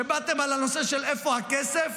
כשבאתם על הנושא של "איפה הכסף",